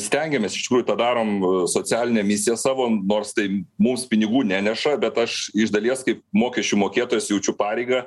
stengiamės iš tikrųjų tą darom socialinę misiją savo nors tai mums pinigų neneša bet aš iš dalies kaip mokesčių mokėtojas jaučiu pareigą